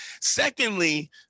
Secondly